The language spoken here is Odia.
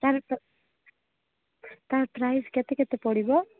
ତାର ତ ତାର ପ୍ରାଇସ୍ କେତେ କେତେ ପଡ଼ିବ